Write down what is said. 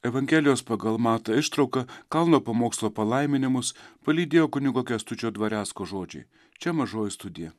evangelijos pagal matą ištrauka kalno pamokslo palaiminimus palydėjo kunigo kęstučio dvarecko žodžiai čia mažoji studija